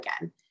again